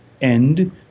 end